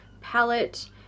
palette